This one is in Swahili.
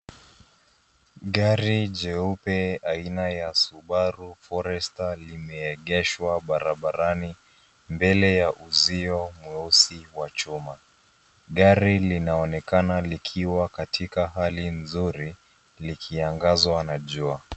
Gari jeupe aina ya Subaru Forester limeegeshwa barabarani mbele ya uzio mweusi wa chuma. Gari linaonekana likiwa katika hali nzuri, likiangazwa na jua.